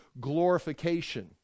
glorification